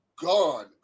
gone